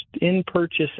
in-purchase